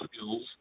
skills